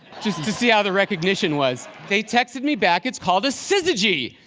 just to see how the recognition was. they texted me back, it's called a syzygy.